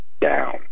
down